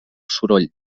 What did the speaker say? soroll